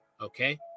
okay